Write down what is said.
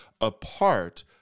apart